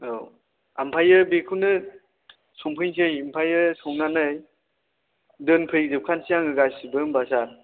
औ ओमफ्रायो बेखौनो संफैनोसै ओमफ्रायो संनानै दोनफैजोबखानोसै आङो गासैबो होनबा सार